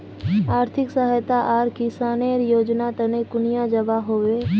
आर्थिक सहायता आर किसानेर योजना तने कुनियाँ जबा होबे?